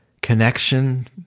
connection